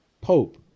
Pope